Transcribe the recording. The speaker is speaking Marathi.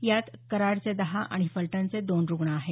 यात कराडचे दहा आणि फलटणचे दोन रुग्ण आहेत